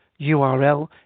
URL